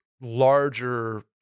larger